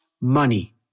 money